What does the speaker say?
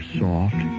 soft